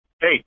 Hey